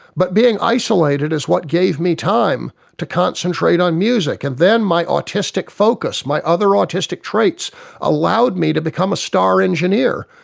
but being isolated is what gave me time to concentrate on music. and then my autistic focus, my other autistic traits allowed me to become a star engineer.